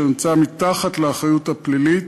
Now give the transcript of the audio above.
שנמצא מתחת לגיל האחריות הפלילית,